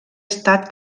estat